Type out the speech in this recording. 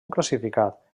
classificat